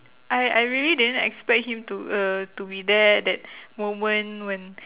I I really didn't expect him to uh to be there at that moment when